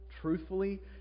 truthfully